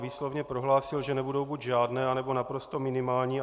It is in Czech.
Výslovně prohlásil, že nebudou buď žádné, anebo naprosto minimální.